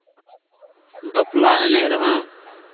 ᱵᱟᱯᱞᱟ ᱮᱱᱮᱡ ᱨᱮᱦᱚᱸ